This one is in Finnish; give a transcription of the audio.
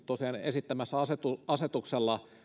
esittämässä asetuksella asetuksella